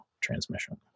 transmission